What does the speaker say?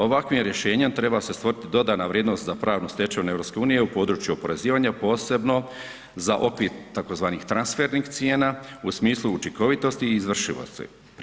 Ovakvim rješenjem treba se stvoriti dodana vrijednost za pravnu stečevinu EU-a u području oporezivanja posebno za okvir tzv. transfernih cijena u smislu učinkovitosti i izvršivosti.